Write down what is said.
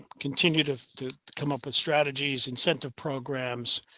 continue to to come up with strategies, incentive, programs,